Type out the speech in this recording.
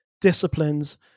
disciplines